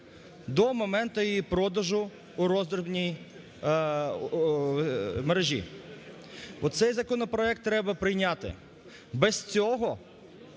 до моменту і продажу у роздрібній мережі. От цей законопроект треба прийняти. Без цього